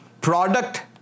product